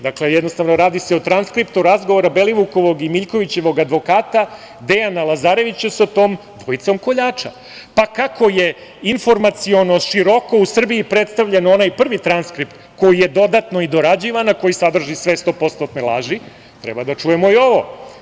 Dakle, jednostavno radi se o transkriptu razgovora Belivukovog i Miljkovićevog advokata, Dejana Lazarevića sa tom dvojicom koljača, pa kako je informaciono široko predstavljen onaj prvi transkript, koji je dodatno i dorađivan, a koji sadrži sve stopostotne laži, treba da čujemo i ovo.